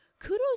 Kudos